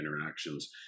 interactions